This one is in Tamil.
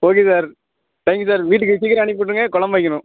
ஓகே சார் தேங்க்யூ சார் வீட்டுக்கு சீக்கிரம் அனுப்பிவிட்ருங்க கொழம்பு வைக்கணும்